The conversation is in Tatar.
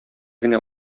генә